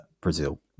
Brazil